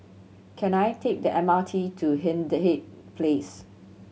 can I take the M R T to Hindhede Place